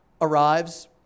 arrives